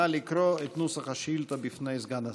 נא לקרוא את נוסח השאילתה בפני סגן השר.